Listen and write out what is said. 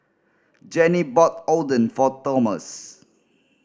Jannie bought Oden for Tomas